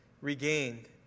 regained